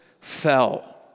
fell